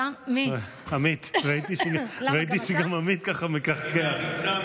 ראיתי שגם עמית מכחכח.